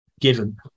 given